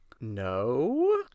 No